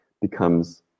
becomes